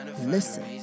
Listen